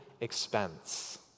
expense